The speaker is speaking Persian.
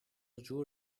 جور